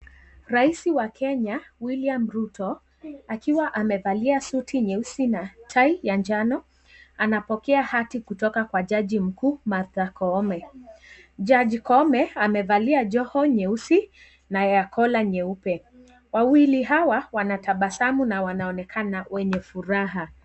Rais wa Kenya William Ruto akiwa amvalia suti nyeusi na tai la njano anapokea hati kutoka kwa jaji mkuu Martha Koome. Judge Koome amevalia joho jeusi na kola jeupe. Wawili hawa wanatabasamu na wanaonekana wenye furaha.